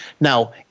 Now